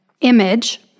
image